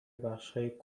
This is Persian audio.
بخشهای